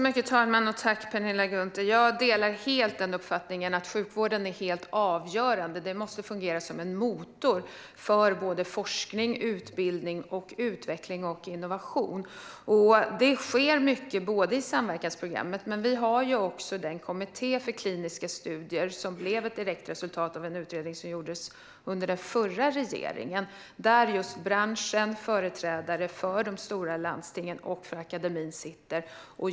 Herr talman! Tack, Penilla Gunther! Jag delar uppfattningen att sjukvården är helt avgörande. Den måste fungera som en motor för forskning, utbildning, utveckling och innovation. Det sker mycket i samverkansprogrammet. Det finns också en kommitté för kliniska studier som blev ett direkt resultat av en utredning som gjordes under den förra regeringen. Den består av branschen och företrädare för de stora landstingen och akademien.